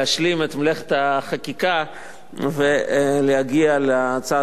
להשלים את מלאכת החקיקה ולהגיע לאישור